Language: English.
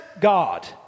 God